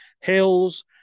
hills